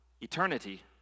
eternity